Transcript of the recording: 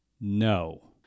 no